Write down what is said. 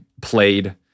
played